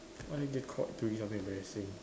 what did you get caught doing something embarrassing